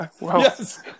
Yes